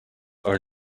are